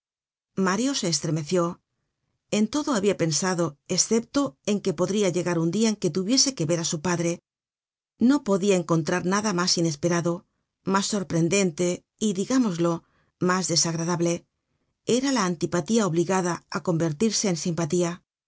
mario se estremeció en todo habia pensado escepto en que podría llegar un dia en que tuviese que ver á su padre no podia encontrar nada mas inesperado mas sorprendente y digámoslo mas desagradable era la antipatía obligada á convertirse en simpatía no